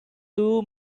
too